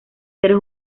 seres